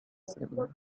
celdas